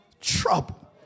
trouble